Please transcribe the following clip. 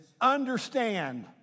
Understand